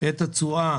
את התשואה